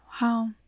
Wow